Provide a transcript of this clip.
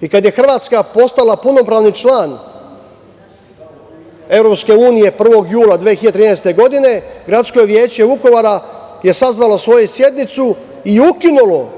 je Hrvatska postala punopravni član EU, 1. jula 2013. godine Gradsko veće Vukovara je sazvalo svoju sednicu i ukinulo